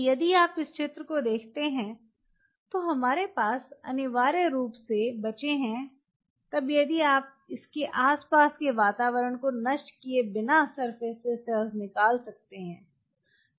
तो यदि आप इस चित्र को देखते हैं तो हमारे पास अनिवार्य रूप से बचे हैं तब यदि आप इसके आसपास के वातावरण को नष्ट किए बिना सरफेस से सेल्स को निकाल सकते हैं